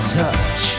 touch